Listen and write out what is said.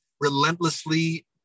relentlessly